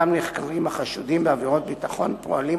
אותם נחקרים החשודים בעבירות ביטחון פועלים,